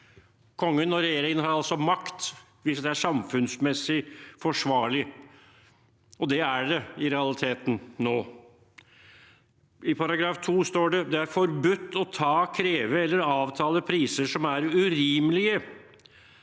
Kongen og regjeringen har altså makt, hvis det er samfunnsmessig forsvarlig, og det er det i realiteten nå. I § 2 står det: «Det er forbudt å ta, kreve eller avtale priser som er urimelige.